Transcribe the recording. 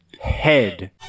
Head